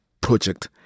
project